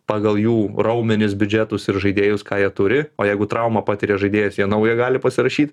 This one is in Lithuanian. pagal jų raumenis biudžetus ir žaidėjus ką jie turi o jeigu traumą patiria žaidėjas jie naują gali pasirašyt